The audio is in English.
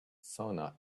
sauna